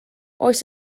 oes